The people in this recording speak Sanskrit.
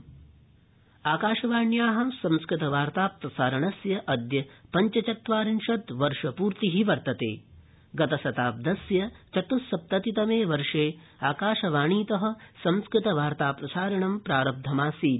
संस्कृतवार्ता प्रसारणम् आकाशवाण्या संस्कृतवार्ता प्रसारणस्य अद्य पञ्चचत्वारिंशत् वर्षपूर्ति वर्तते गतशताब्दीस्य चत्स्सप्ततितमे वर्षे आकाशवाणीत संस्कृतवार्ता प्रसारणं प्रारब्धमासीत्